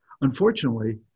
Unfortunately